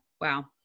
Wow